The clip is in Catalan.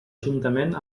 juntament